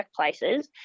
workplaces